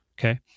Okay